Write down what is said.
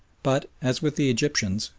but, as with the egyptians,